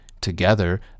together